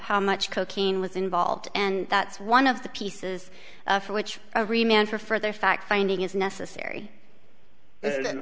how much cocaine was involved and that's one of the pieces which remain for further fact finding is necessary and